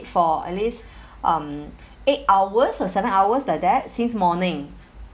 for at least um eight hours or seven hours like that since morning